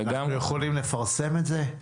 אנחנו יכולים לפרסם את זה?